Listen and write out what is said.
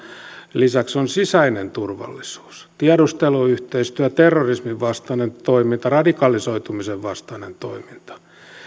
lisäksi on sisäinen turvallisuus tiedusteluyhteistyö terrorismin vastainen toiminta radikalisoitumisen vastainen toiminta